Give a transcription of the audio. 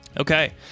okay